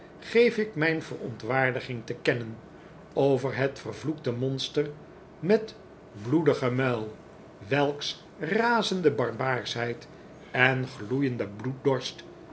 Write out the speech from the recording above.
geef ik mijn verontwaardiging te kennen over het vervloekte monster met bloedigen muil welks razende barbaarschheid en gloeiende